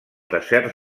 desert